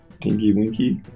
Tinky-winky